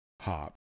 hop